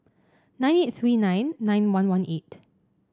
nine eight three nine nine one one eight